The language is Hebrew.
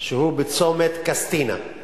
שהוא בצומת קסטינה.